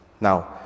Now